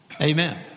Amen